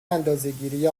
اندازهگیری